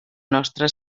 nostra